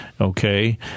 okay